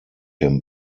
him